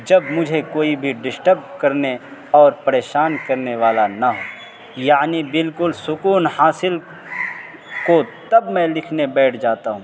جب مجھے کوئی بھی ڈشٹب کرنے اور پریشان کرنے والا نہ ہو یعنی بالکل سکون حاصل کو تب میں لکھنے بیٹھ جاتا ہوں